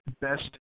best